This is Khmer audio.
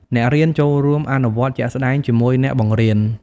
អ្នករៀនចូលរួមអនុវត្តជាក់ស្តែងជាមួយអ្នកបង្រៀន។